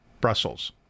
Brussels